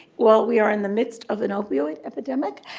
well, we are in the midst of an opioid epidemic.